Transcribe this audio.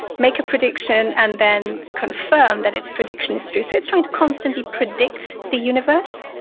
make a prediction and then confirm that its prediction is true. so it's trying to constantly predict the universe,